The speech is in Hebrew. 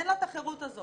אין לה את החירות הזו.